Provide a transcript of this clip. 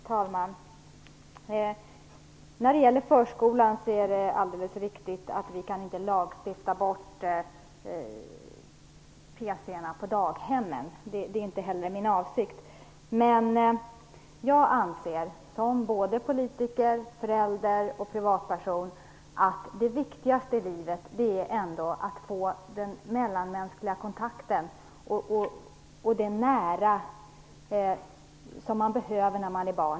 Herr talman! När det gäller förskolan är det alldeles riktigt att vi inte kan lagstifta bort PC användningen på daghemmen. Det är inte heller min avsikt. Men jag anser som politiker, förälder och privat person att det viktigaste i livet ändå är att få den mellanmänskliga kontakten och den närhet som man behöver som barn.